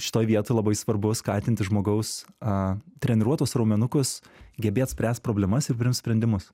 šitoj vietoj labai svarbu skatinti žmogaus a treniruot tuos raumenukus gebėt spręst problemas ir priimt sprendimus